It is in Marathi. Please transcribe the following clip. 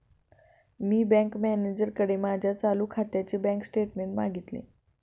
मी बँक मॅनेजरकडे माझ्या चालू खात्याचे बँक स्टेटमेंट्स मागितले